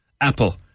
Apple